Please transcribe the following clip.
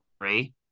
three